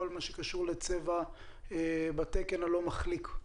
כל מה שקשור לצבע בתקן לא מחליק?